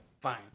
fine